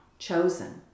chosen